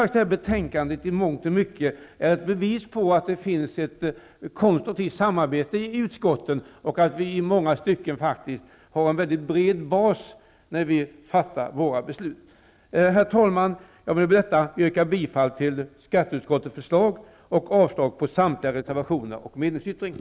Detta betänkande är i mångt och mycket ett bevis på att det finns ett konstruktivt samarbete i utskotten och att vi i många stycken har en bred bas när vi fattar våra beslut. Herr talman! Jag vill med detta yrka bifall till skatteutskottets förslag och avslag på samtliga reservationer och meningsyttringen.